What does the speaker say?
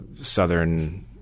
Southern